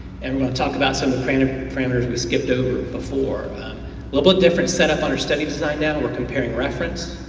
and we'll talk about some kind of parameters we skipped over before. a little bit different set up on our study design data, we're comparing reference